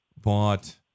bought